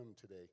today